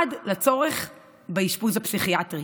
עד לצורך באשפוז הפסיכיאטרי.